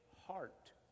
heart